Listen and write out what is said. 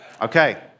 Okay